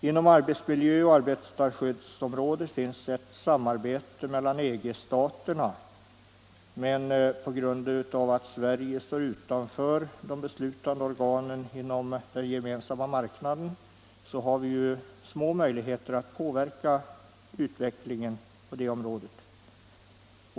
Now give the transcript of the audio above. Inom arbetsmiljö och arbetarskyddsområdet finns ett samarbete mellan EG-staterna. På grund av att Sverige står utanför de beslutande organen inom den gemensamma marknaden har vi små möjligheter att påverka utvecklingen på det området.